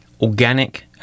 organic